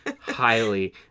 Highly